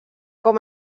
com